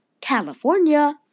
California